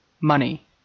money